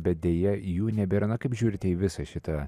bet deja jų nebėrana kaip žiūrite į visą šitą